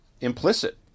implicit